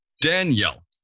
Danielle